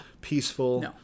peaceful